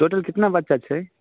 total कितना बच्चा छै